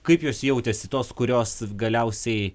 kaip jos jautėsi tos kurios galiausiai